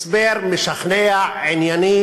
הסבר משכנע וענייני.